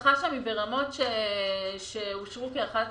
האבטחה שם היא ברמות שאושרו כרמת